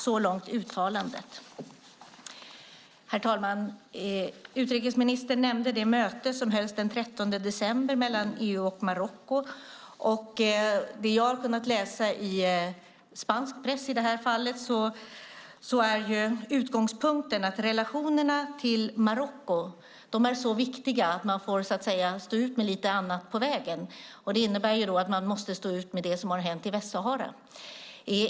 Så långt uttalandet. Herr talman! Utrikesministern nämnde det möte som hölls den 13 december mellan EU och Marocko. Det jag har kunnat läsa, i det här fallet i spansk press, är att utgångspunkten är att relationerna till Marocko är så viktiga att man så att säga får stå ut med lite annat på vägen. Det innebär att man måste stå ut med det som har hänt i Västsahara.